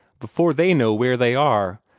before they know where they are,